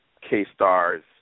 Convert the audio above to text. K-Stars